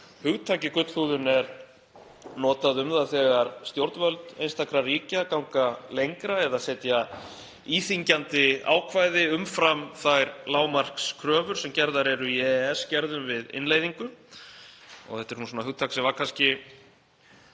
Hugtakið gullhúðun er notað um það þegar stjórnvöld einstakra ríkja ganga lengra eða setja íþyngjandi ákvæði umfram þær lágmarkskröfur sem gerðar eru í EES-gerðum við innleiðingu. Þetta er svona hugtak sem var kannski